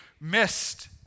missed